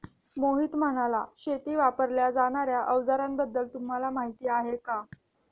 मोहित म्हणाला, शेतीत वापरल्या जाणार्या अवजारांबद्दल तुम्हाला माहिती आहे का?